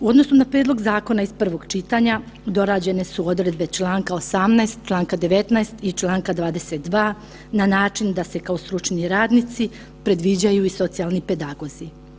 U odnosu na prijedlog zakona iz prvog čitanja dorađene su odredbe čl. 18., čl. 19. i čl. 22. na način da se kao stručni radnici predviđaju i socijalni pedagozi.